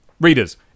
Readers